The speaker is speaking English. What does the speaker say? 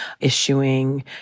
issuing